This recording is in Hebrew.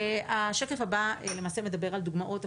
השקף הבא מדבר על דוגמאות,